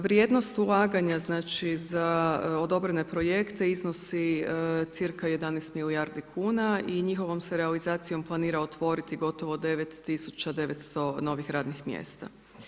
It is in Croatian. Vrijednost ulaganja, znači za odobrene projekte iznosi cirka 11 milijardi kuna i njihovom se realizacijom planira otvoriti gotovo 9900 novih radnih mjesta.